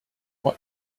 what